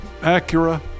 Acura